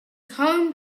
home